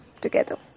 together